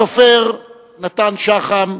הסופר נתן שחם,